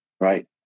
right